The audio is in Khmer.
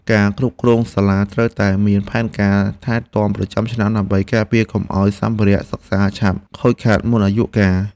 គណៈគ្រប់គ្រងសាលាត្រូវតែមានផែនការថែទាំប្រចាំឆ្នាំ ដើម្បីការពារកុំឱ្យសម្ភារៈសិក្សាឆាប់ខូចខាតមុនអាយុកាល។